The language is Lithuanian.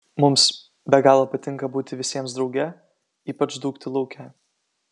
mums be galo patinka būti visiems drauge ypač dūkti lauke